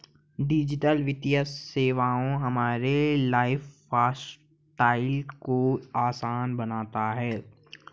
digital वित्तीय सेवाएं हमारे लाइफस्टाइल को आसान बनाती हैं